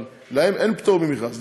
אבל להם אין פטור ממכרז.